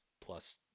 plus